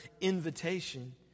invitation